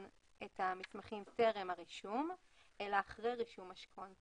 את המסמכים טרם הרישום אלא אחרי רישום משכון,